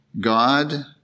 God